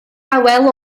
awel